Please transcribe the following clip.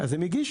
אז הם הגישו.